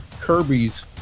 Kirby's